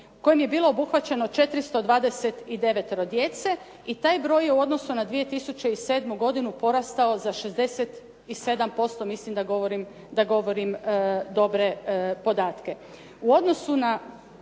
kojim je bilo obuhvaćeno 429 djece. I taj broj je u odnosu na 2007. godinu porastao za 67%. Mislim da govorim dobre podatke.